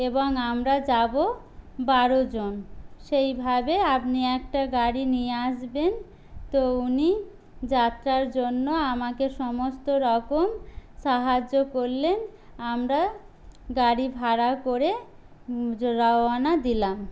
এবং আমরা যাব বারোজন সেইভাবে আপনি একটা গাড়ি নিয়ে আসবেন তো উনি যাত্রার জন্য আমাকে সমস্ত রকম সাহায্য করলেন আমরা গাড়ি ভাড়া করে রওনা দিলাম